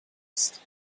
ist